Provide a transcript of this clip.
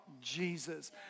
Jesus